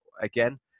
again